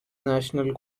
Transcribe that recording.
national